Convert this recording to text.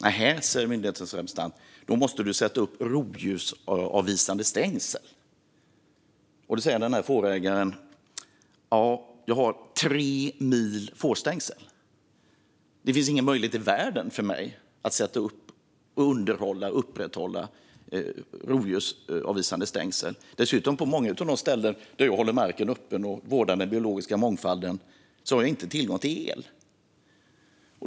Nähä, svarade myndighetens representant; då måste du sätta upp rovdjursavvisande stängsel. Fårägaren svarade: Jag har tre mil fårstängsel - det finns ingen möjlighet i världen för mig att sätta upp, underhålla och upprätthålla rovdjursavvisande stängsel. På många av de ställen där jag håller marken öppen och vårdar den biologiska mångfalden har jag dessutom inte tillgång till el.